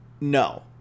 No